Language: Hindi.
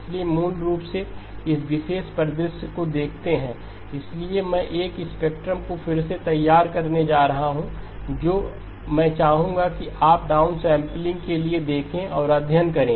इसलिए मूल रूप से इस विशेष परिदृश्य को देखते हैं इसलिए मैं एक स्पेक्ट्रम को फिर से तैयार करने जा रहा हूं जो मैं चाहूंगा कि आप डाउनसैंपलिंग के लिए देखें और अध्ययन करें